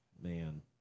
man